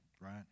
right